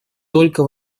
только